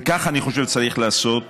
וכך אני חושב שצריך לעשות